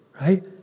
right